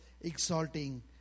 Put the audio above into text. exalting